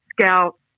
scouts